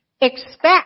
expect